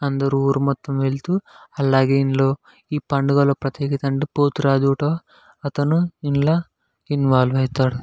అందరు ఊరు మొత్తం వెళ్తూ అలాగే ఇందులో ఈ పండుగలో ప్రత్యేకత అంటే పోతురాజుట అతను ఇందులో ఇన్వాల్వ్ అవుతాడు